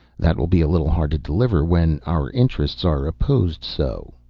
that will be a little hard to deliver when our interests are opposed so.